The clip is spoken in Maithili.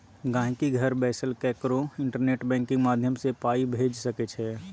गांहिकी घर बैसल ककरो इंटरनेट बैंकिंग माध्यमसँ पाइ भेजि सकै छै